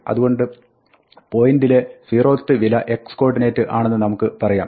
അതുകൊണ്ട് point ലെ 0th വില x coordinate ആണെന്ന് നമുക്ക് പറയാം